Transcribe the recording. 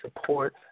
support